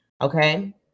okay